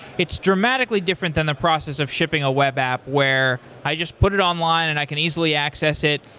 it's dramatically different than the process of shipping a web app where i just put it online and i can easily access it,